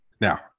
Now